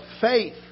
faith